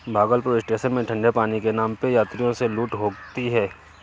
Bhagalpur station में ठंडे पानी के नाम पे यात्रियों से लूट होती है